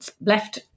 left